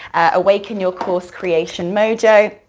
awaken your course creation mojo,